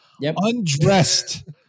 undressed